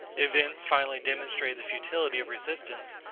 events finally demonstrated the futility of resistance,